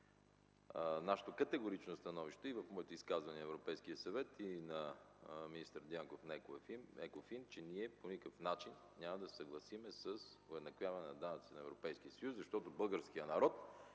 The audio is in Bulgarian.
Нашето категорично становище и при моите изказвания в Европейския съвет, и на министър Дянков на ЕКОФИН е, че ние по никакъв начин няма да се съгласим с уеднаквяване на данъците в Европейския съюз, защото българският народ